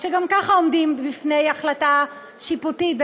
שגם ככה עומדים בפני החלטה שיפוטית,